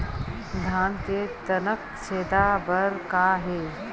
धान के तनक छेदा बर का हे?